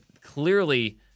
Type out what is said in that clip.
clearly